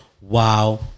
wow